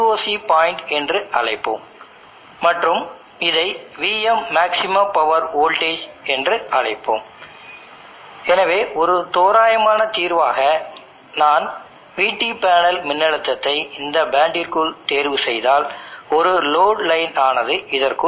உங்களிடம் இங்கு எங்கேயோ மேக்ஸிமம் பவர்பாயின்ட் உள்ளது பின்னர் நீங்கள் அதை எடுத்து ஹரிசாண்டல் ஆக வரையும்போது உங்களிடம் Im Imn மற்றும் ISC ISCn